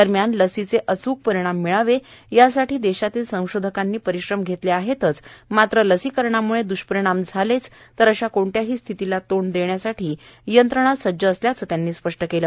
दरम्यान लासईचे अचूक परिणाम मिळावे यासाठी देशातील संशोधकांनी परिश्रम घेतले आहेतच मात्र लसीकरणामुळे द्वष्परिणाम झालेच तर अशा कोणत्याही स्थितीला तोंड देण्यासाठी यंत्रणा सज्ज असल्याचे त्यांनी स्पष्ट केले